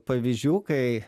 pavyzdžių kai